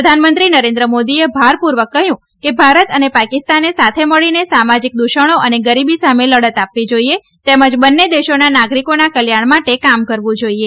પ્રધાનમંત્રી નરેન્દ્રમોદીએ ભારપૂર્વક કહ્યું કે ભારત અને પાકિસ્તાને સાથે મળીને સામાજીક દૂષણો અને ગરીબી સામે લડત આપવી જાઇએ તેમજ બંને દેશોના નાગરિકોના કલ્યાણ માટે કામ કરવું જાઇએ